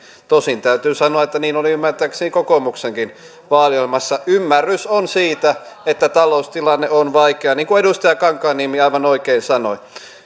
tosin täytyy sanoa että niin oli ymmärtääkseni kokoomuksenkin vaaliohjelmassa ymmärrys on siitä että taloustilanne on vaikea niin kuin edustaja kankaanniemi aivan oikein sanoi